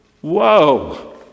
whoa